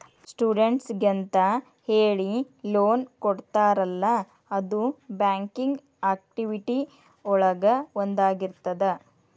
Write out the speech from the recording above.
ಸ್ಟೂಡೆಂಟ್ಸಿಗೆಂತ ಹೇಳಿ ಲೋನ್ ಕೊಡ್ತಾರಲ್ಲ ಅದು ಬ್ಯಾಂಕಿಂಗ್ ಆಕ್ಟಿವಿಟಿ ಒಳಗ ಒಂದಾಗಿರ್ತದ